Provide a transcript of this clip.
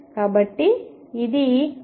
కాబట్టి ఇది L2